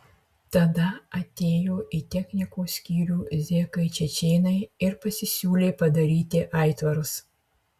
tada atėjo į technikos skyrių zekai čečėnai ir pasisiūlė padaryti aitvarus